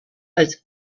als